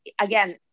again